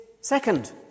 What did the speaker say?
second